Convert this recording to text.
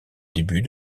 début